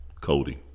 Cody